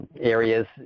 areas